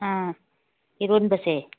ꯑꯥ ꯏꯔꯣꯟꯕꯁꯦ